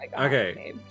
okay